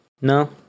no